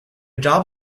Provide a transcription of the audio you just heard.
job